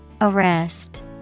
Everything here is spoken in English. Arrest